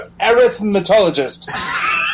arithmetologist